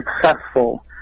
successful